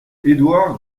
édouard